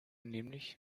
nämlich